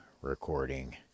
recording